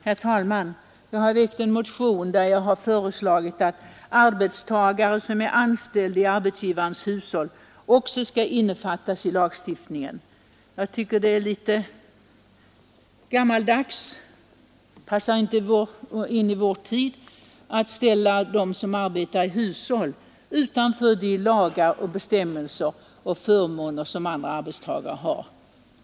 Herr talman! Jag har väckt en motion där jag har föreslagit att även arbetstagare som är anställda i arbetsgivarens hushåll skall innefattas i lagstiftningen. Jag tycker det är litet gammaldags och inte passar in i vår tid att ställa dem som arbetar i hushåll utanför lagar och bestämmelser och förmåner som andra arbetstagare har.